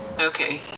Okay